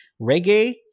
reggae